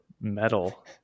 metal